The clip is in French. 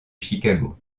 chicago